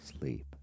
sleep